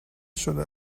شده